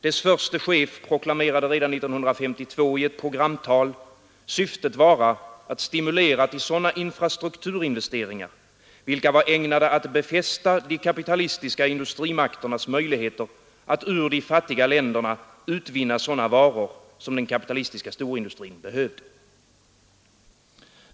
Dess förste chef proklamerade redan 1952 i ett programtal syftet vara att stimulera till sådana infrastrukturinvesteringar, vilka var ägnade att befästa de kapitalistiska industrimakternas möjligheter att ur de fattiga länderna utvinna sådana varor som den kapitalistiska storindustrin behövde.